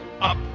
up